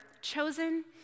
chosen